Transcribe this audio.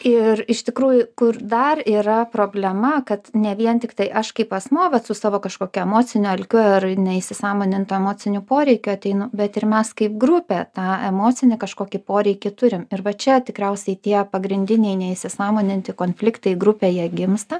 ir iš tikrųjų kur dar yra problema kad ne vien tiktai aš kaip asmuo vat su savo kažkokiu emociniu alkiu ir neįsisąmonintu emociniu poreikiu ateinu bet ir mes kaip grupė tą emocinį kažkokį poreikį turim ir va čia tikriausiai tie pagrindiniai neįsisąmoninti konfliktai grupėje gimsta